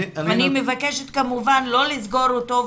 אני מבקשת כמובן לא לסגור אותו.